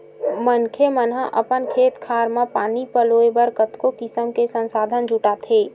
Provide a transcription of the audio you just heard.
मनखे मन ह अपन खेत खार म पानी पलोय बर कतको किसम के संसाधन जुटाथे